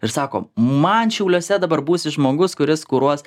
ir sako man šiauliuose dabar būsi žmogus kuris kuruos